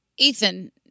Ethan